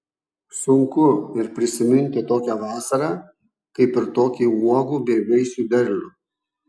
sunku ir prisiminti tokią vasarą kaip ir tokį uogų bei vaisių derlių